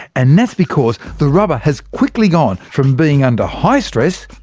and that's because the rubber has quickly gone from being under high stress,